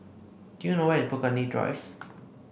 do you know where is Burgundy drives